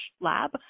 lab